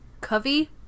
Covey